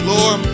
Lord